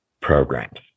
programs